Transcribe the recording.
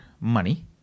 money